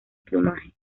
plumaje